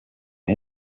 him